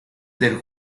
del